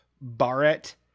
Barrett